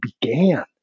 began